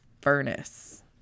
Furnace